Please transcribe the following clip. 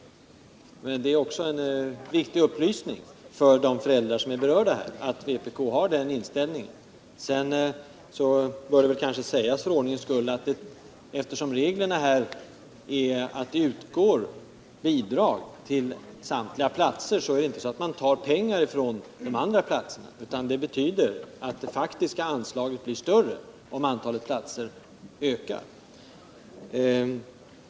Det är också en viktig upplysning till de föräldrar som är berörda, att vpk har denna inställning. För ordningens skull bör det kanske också sägas att eftersom reglerna medger att bidrag utgår till samtliga daghemsplatser, innebär inte privata daghem att några pengar tas från de andra daghemsplatserna. Det betyder i stället att det faktiska anslaget blir större om antalet platser ökar.